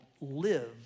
live